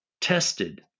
tested